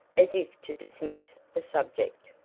as if to dismiss the subject.